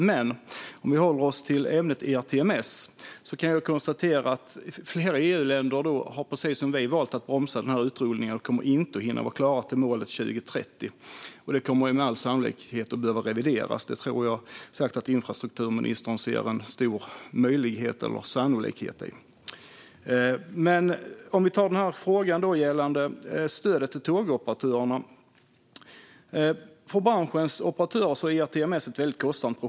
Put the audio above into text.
Men om vi håller oss till ämnet ERTMS kan jag konstatera att flera EU-länder precis som vi har valt att bromsa utrullningen och inte kommer att hinna klart till 2030, som är målet. Det kommer med all sannolikhet att behöva revideras. Det tror jag att infrastrukturministern ser en stor möjlighet eller sannolikhet i. När det gäller frågan om stöd till tågoperatörerna är ERTMS ett kostsamt projekt för branschens operatörer.